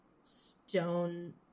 stone